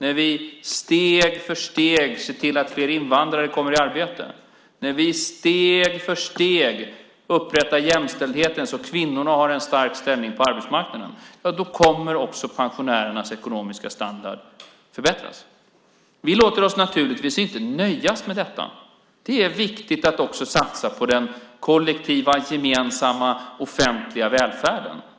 Vi ser steg för steg till att fler invandrare kommer i arbete. Vi upprättar steg för steg jämställdheten så att kvinnorna har en stark ställning på arbetsmarknaden. Då kommer också pensionärernas ekonomiska standard att förbättras. Vi låter oss naturligtvis inte nöjas med detta. Det är viktigt att också satsa på den kollektiva, gemensamma, offentliga välfärden.